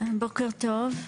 בוקר טוב,